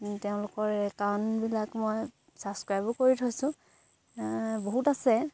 তেওঁলোকৰ একাউণ্টবিলাক মই ছাবস্ক্ৰাইবো কৰি থৈছোঁ বহুত আছে